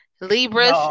Libras